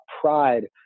pride